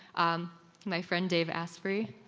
um my friend dave asprey